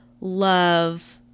love